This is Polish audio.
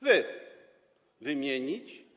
Wy. Wymienić?